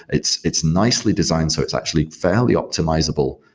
it's it's nicely designed so it's actually fairly optimizable.